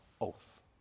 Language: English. oath